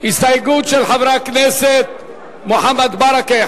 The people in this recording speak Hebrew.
הסתייגות של חברי הכנסת מוחמד ברכה,